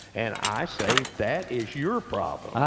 and i say, that is your problem.